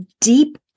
deep